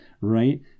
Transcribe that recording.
right